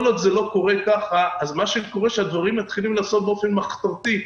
כל עוד זה לא קורה כך אז הדברים מתחילים להיעשות באופן מחתרתי.